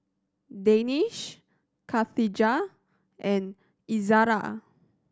Danish Khatijah and Izara